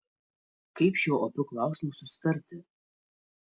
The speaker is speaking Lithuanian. kaip šiuo opiu klausimu susitarti